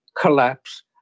collapse